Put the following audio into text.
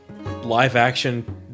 live-action